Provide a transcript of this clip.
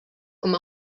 com